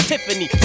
Tiffany